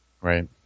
Right